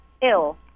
Ill